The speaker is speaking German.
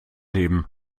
leben